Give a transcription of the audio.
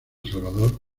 salvador